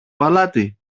παλάτι